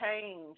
change